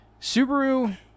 Subaru